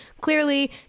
clearly